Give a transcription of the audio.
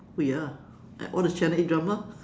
oh ya all the channel eight drama